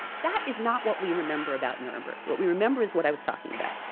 that is not what we remember about nuremberg. what we remember is what i was talking about.